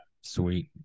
Sweet